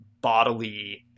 bodily